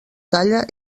talla